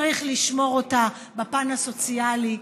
צריך לשמור אותה בפן הסוציאלי,